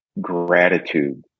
gratitude